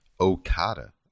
Okada